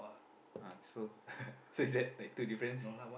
ah so so is that like two difference